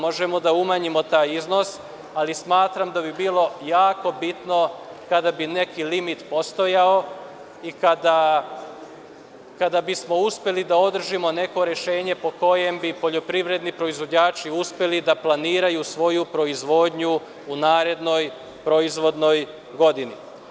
Možemo da umanjimo taj iznos, ali smatram da bi bilo jako bitno kada bi neki limit postojao i kada bismo uspeli da održimo neko rešenje po kojem bi poljoprivredni proizvođači uspeli da planiraju svoju proizvodnju u narednoj proizvodnoj godini.